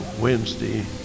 Wednesday